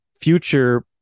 future